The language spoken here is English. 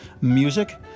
music